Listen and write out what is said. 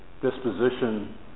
disposition